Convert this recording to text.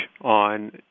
on